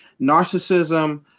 narcissism